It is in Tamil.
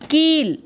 கீழ்